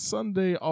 Sunday